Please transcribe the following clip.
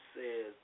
says